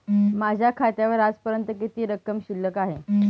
माझ्या खात्यावर आजपर्यंत किती रक्कम शिल्लक आहे?